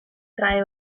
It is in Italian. trae